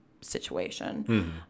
situation